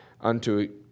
unto